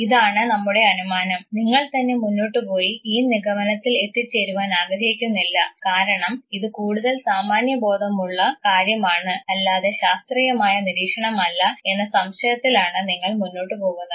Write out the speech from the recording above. ഇതാണ് നമ്മുടെ അനുമാനം നിങ്ങൾ തന്നെ മുന്നോട്ടു പോയി ഈ നിഗമനത്തിൽ എത്തിച്ചേരുവാൻ ആഗ്രഹിക്കുന്നില്ല കാരണം ഇത് കൂടുതൽ സാമാന്യബോധമുള്ള കാര്യമാണ് അല്ലാതെ ശാസ്ത്രീയമായ നിരീക്ഷണമല്ല എന്ന സംശയത്തിലാണ് നിങ്ങൾ മുന്നോട്ടുപോകുന്നത്